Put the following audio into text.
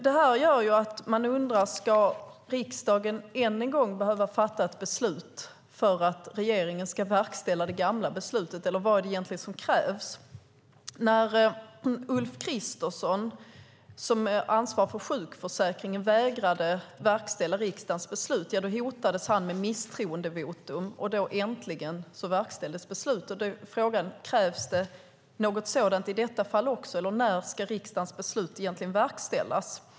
Detta gör att man undrar: Ska riksdagen än en gång behöva fatta ett beslut för att regeringen ska verkställa det gamla beslutet? Eller vad är det egentligen som krävs? När Ulf Kristersson, som har ansvar för sjukförsäkringen, vägrade verkställa riksdagens beslut hotades han med misstroendevotum, och då äntligen verkställdes beslutet. Frågan är: Krävs det något sådant i detta fall också, eller när ska riksdagens beslut egentligen verkställas?